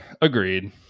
agreed